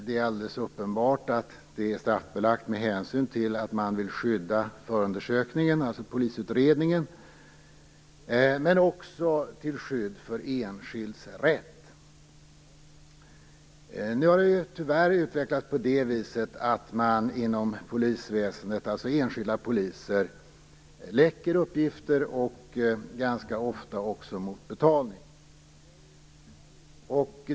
Det är alldeles uppenbart att det är straffbelagt med hänsyn till att man vill skydda förundersökningen, alltså polisutredningen, men också med hänsyn till skydd för enskilds rätt. Nu har det tyvärr utvecklats på det viset att enskilda poliser inom polisväsendet läcker uppgifter, ganska ofta mot betalning.